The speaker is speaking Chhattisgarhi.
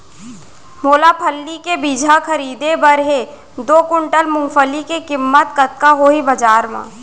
मोला फल्ली के बीजहा खरीदे बर हे दो कुंटल मूंगफली के किम्मत कतका होही बजार म?